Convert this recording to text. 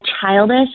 childish